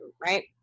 right